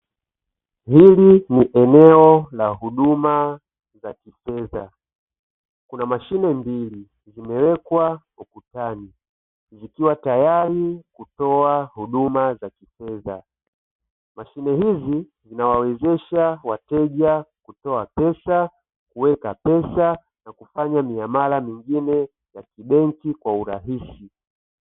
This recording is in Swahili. Hili ni eneo la huduma za kifedha. Kuna mashine mbili zimewekwa ukutani zikiwa tayari kutoa huduma za kifedha. Mashine hizi zinawawezesha wateja kutoa pesa kuweka pesa na kufanya miamala mingine ya kibenki kwa urahisi